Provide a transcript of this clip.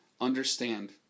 understand